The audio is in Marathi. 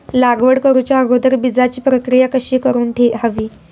लागवड करूच्या अगोदर बिजाची प्रकिया कशी करून हवी?